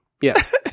yes